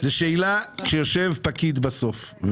זו שאלה שיושב פקיד בסוף,